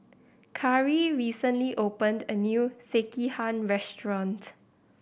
Karri recently opened a new Sekihan restaurant